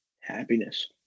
happiness